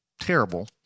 terrible